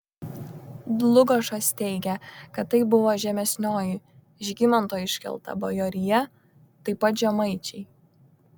dlugošas teigia kad tai buvo žemesnioji žygimanto iškelta bajorija taip pat žemaičiai